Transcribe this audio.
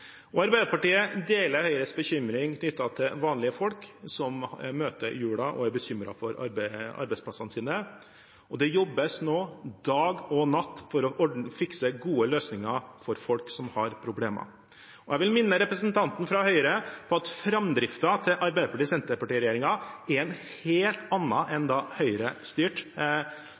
og korona. Arbeiderpartiet deler Høyres bekymring knyttet til vanlige folk som møter julen og er bekymret for arbeidsplassene sine. Det jobbes nå dag og natt for å fikse gode løsninger for folk som har problemer. Jeg vil minne representanten fra Høyre om at framdriften til Arbeiderparti–Senterparti-regjeringen er en helt annen enn da Høyre styrte,